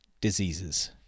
diseases